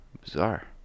Bizarre